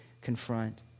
confront